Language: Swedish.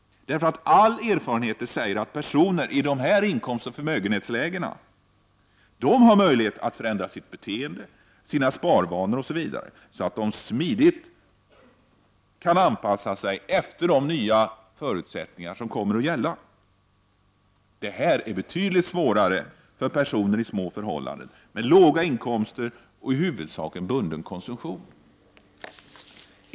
All erfarenhet säger nämligen att personer i dessa inkomstoch förmögenhetslägen har möjlighet att förändra sitt beteende, sina sparvanor osv. så att de smidigt kan anpassa sig efter de nya förutsättningar som kommer att gälla. Detta är betydligt svårare för personer i små förhållanden, med låga inkomster och en i huvudsak bunden konsumtion.